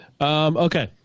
Okay